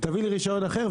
תביא לי רישיון אחר",